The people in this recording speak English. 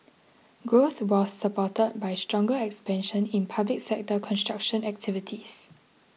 growth was supported by stronger expansion in public sector construction activities